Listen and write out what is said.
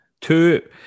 two